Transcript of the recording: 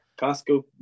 Costco